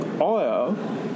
oil